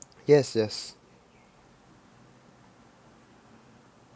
yes yes